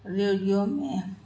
radio میں